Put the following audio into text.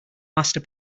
master